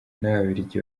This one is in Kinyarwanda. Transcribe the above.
n’ababiligi